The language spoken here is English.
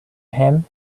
him